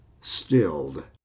stilled